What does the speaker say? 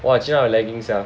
!wah! 经常有 lagging sia